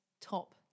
top